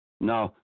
Now